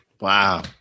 Wow